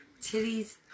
titties